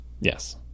Yes